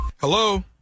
Hello